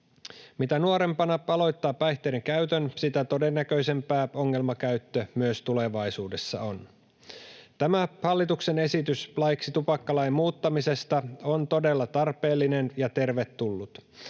Mitä nuorempana aloittaa päihteidenkäytön, sitä todennäköisempää ongelmakäyttö myös tulevaisuudessa on. Tämä hallituksen esitys laiksi tupakkalain muuttamisesta on todella tarpeellinen ja tervetullut.